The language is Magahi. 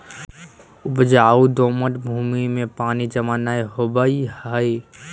उपजाऊ दोमट भूमि में पानी जमा नै होवई हई